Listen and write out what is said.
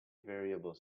variable